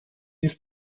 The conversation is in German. ist